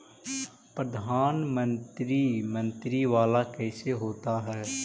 प्रधानमंत्री मंत्री वाला कैसे होता?